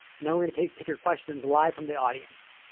and then we're gonna take take your questions live from the audience.